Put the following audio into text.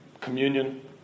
communion